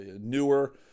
newer